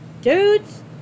Dudes